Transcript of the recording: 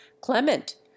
Clement